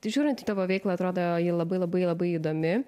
žiūrint į tavo veiklą atrodo ji labai labai labai įdomi